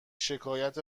شکایت